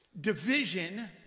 Division